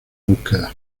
búsquedas